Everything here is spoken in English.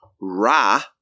ra